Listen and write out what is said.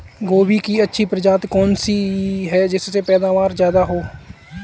गोभी की अच्छी प्रजाति कौन सी है जिससे पैदावार ज्यादा हो?